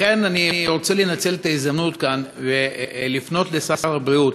לכן אני רוצה לנצל את ההזדמנות כאן ולפנות לשר הבריאות: